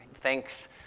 Thanks